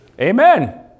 Amen